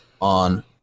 on